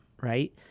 Right